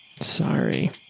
Sorry